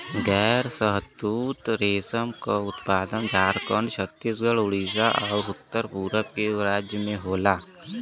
गैर शहतूत रेशम क उत्पादन झारखंड, छतीसगढ़, उड़ीसा आउर उत्तर पूरब के राज्य में होला